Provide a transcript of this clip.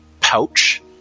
pouch